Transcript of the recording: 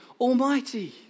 Almighty